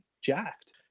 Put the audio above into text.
jacked